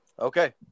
Okay